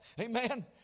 Amen